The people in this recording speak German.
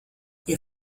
ihr